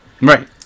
Right